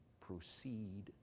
proceed